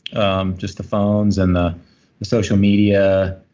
um just the phones and the social media.